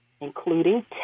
including